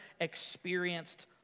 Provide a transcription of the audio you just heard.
experienced